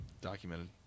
Documented